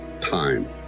time